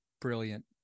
brilliant